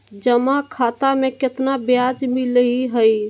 जमा खाता में केतना ब्याज मिलई हई?